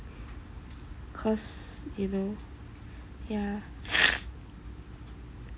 cause either yeah